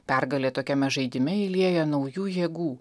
pergalė tokiame žaidime įlieja naujų jėgų